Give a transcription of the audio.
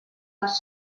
les